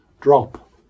drop